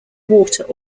water